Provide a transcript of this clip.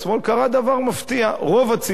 קרה דבר מפתיע: רוב הציבור,